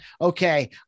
okay